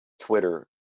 twitter